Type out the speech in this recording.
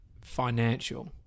financial